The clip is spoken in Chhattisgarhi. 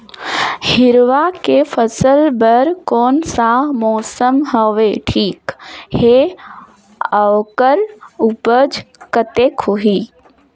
हिरवा के फसल बर कोन सा मौसम हवे ठीक हे अउर ऊपज कतेक होही?